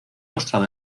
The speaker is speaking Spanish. mostrado